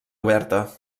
oberta